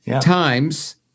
times